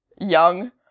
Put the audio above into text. young